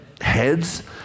heads